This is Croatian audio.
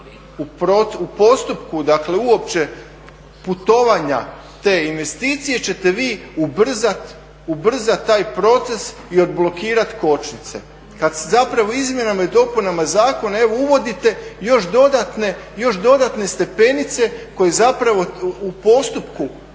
uopće putovanja te investicije ćete vi ubrzati taj proces i odblokirat kočnice kad se zapravo izmjenama i dopunama zakona evo uvodite još dodatne stepenice koje zapravo u postupku